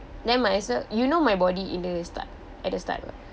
never mind sir you know my body in the start at the start [what]